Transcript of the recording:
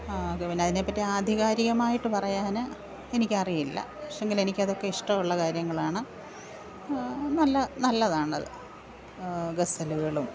ആ അത് പിന്നെ അതിനെപ്പറ്റി ആധികാരികമായിട്ട് പറയാൻ എനിക്കറിയില്ല പക്ഷെയെങ്കിൽ എനിക്കതൊക്കെ ഇഷ്ടമുള്ള കാര്യങ്ങളാണ് നല്ല നല്ലതാണത് ഗസലുകളും